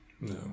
No